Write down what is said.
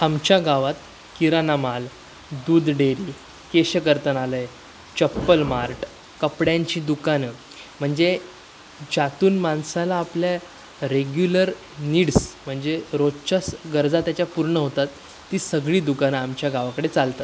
आमच्या गावात किराणा माल दूध डेअरी केशकर्तनालय चप्पल मार्ट कपड्यांची दुकानं म्हणजे ज्यातून माणसाला आपल्या रेग्युलर नीड्स म्हणजे रोजच्या गरजा त्याच्या पूर्ण होतात ती सगळी दुकानं आमच्या गावाकडे चालतात